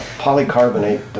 polycarbonate